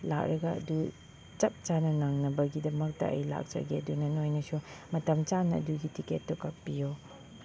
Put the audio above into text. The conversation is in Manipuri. ꯂꯥꯛꯑꯒ ꯑꯗꯨ ꯆꯞ ꯆꯥꯅ ꯅꯪꯅꯕꯒꯤꯗꯃꯛꯇ ꯑꯩ ꯂꯥꯛꯆꯒꯦ ꯑꯗꯨꯅ ꯅꯣꯏꯅꯁꯨ ꯃꯇꯝ ꯆꯥꯅ ꯑꯗꯨꯒꯤ ꯇꯤꯛꯀꯦꯠꯇꯨ ꯀꯥꯛꯄꯤꯌꯨ